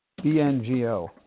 BNGO